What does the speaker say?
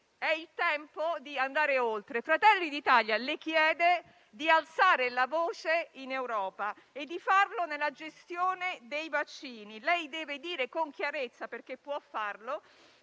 del Consiglio, Fratelli d'Italia le chiede di alzare la voce in Europa e di farlo nella gestione dei vaccini. Lei deve dire con chiarezza, perché può farlo,